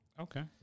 Okay